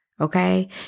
Okay